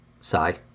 Sigh